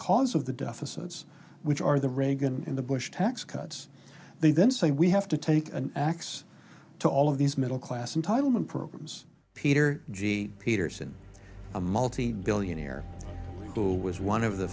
cause of the deficit which are the reagan in the bush tax cuts they then say we have to take an axe to all of these middle class and time and programs peter g peterson a multi billionaire who was one of the